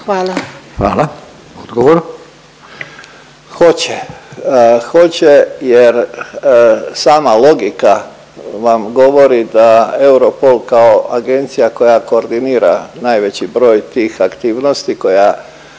Davor (HDZ)** Hoće, hoće jer sama logika vam govori da Europol kao agencija koja koordinira najveći broj tih aktivnosti, koja,